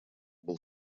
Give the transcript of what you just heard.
был